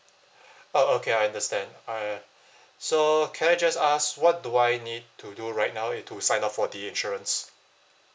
uh okay I understand uh so can I just ask what do I need to do right now uh to sign up for the insurance